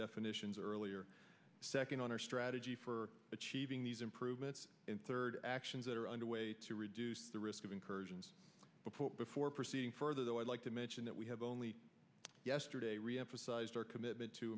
definitions earlier second on our strategy for achieving these improvements and third actions that are underway to reduce the risk of incursions before proceeding further though i'd like to mention that we have only yesterday reemphasized our commitment to